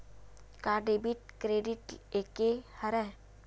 का debit credit एके हरय?